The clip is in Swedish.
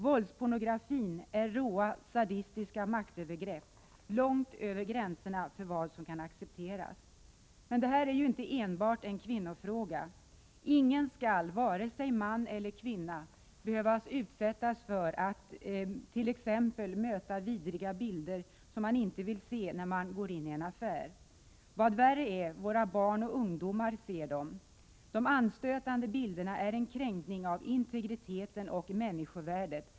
Våldspornografin är råa, sadistiska maktövergrepp långt över gränserna för vad som kan accepteras. Men det här är inte enbart en kvinnofråga. Ingen — varken man eller kvinna — skall behöva bli utsatt för att t.ex. möta vidriga bilder som man inte vill se när man går in i en affär. Och vad värre är: Våra barn och ungdomar ser dem. De anstötande bilderna är en kränkning av integriteten och människovärdet.